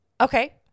Okay